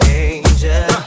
angel